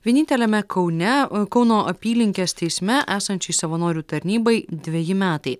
vieninteliame kaune kauno apylinkės teisme esančiai savanorių tarnybai dveji metai